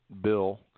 bill